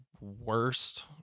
worst